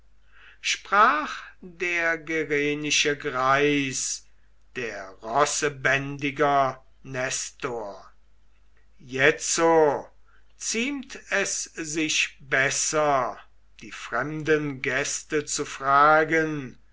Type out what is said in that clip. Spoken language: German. sprach der gerenische greis der rossebändiger nestor jetzo ziemt es sich besser die fremden gäste zu fragen